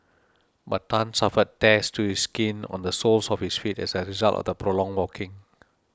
but Tan suffered tears to the skin on the soles of his feet as a result of the prolonged walking